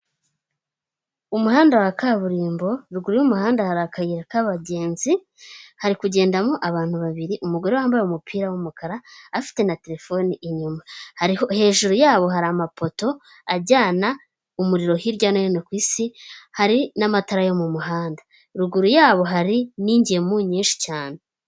Umuhanda wa kaburimbo ruguru y'umuhanda hari akayira k'abagenzi hari kugendamo abantu babiri umugore wambaye umupira w'umukara afite na terefone inyuma ,hejuru yabo hari amapoto ajyana umuriro hirya no hino ku isi, hari n'amatara yo mu muhanda ruguru yabo hari n'ingemu nyinshi cyane.